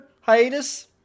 hiatus